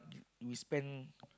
we spend